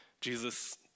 Jesus